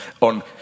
on